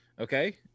Okay